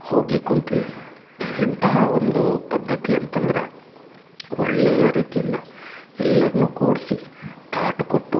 ಹೋಗಿ ಕುಂತ್ವಿ ಇಂತಹ ಒಂದು ಪದ್ಧತಿ ಅಂತಂದ್ರ ಒಳ್ಳೆಯ ರೀತಿಯಿಂದ ಎಲ್ಲರನ್ನು ಕೂರಿಸಿ ತಾಟ್ ಕೊಟ್ಟು